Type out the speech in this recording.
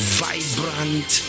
vibrant